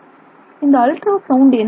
இந்த ultrasound என்ன செய்கிறது